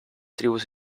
tribus